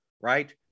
Right